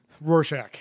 Rorschach